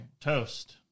toast